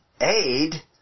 aid